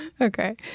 Okay